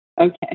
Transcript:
Okay